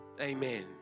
Amen